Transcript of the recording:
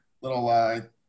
Little